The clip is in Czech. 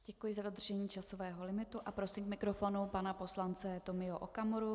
Děkuji za dodržení časového limitu a prosím k mikrofonu pana poslance Tomio Okamuru.